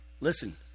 Listen